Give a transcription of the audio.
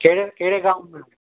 कहिड़े कहिड़े गांव में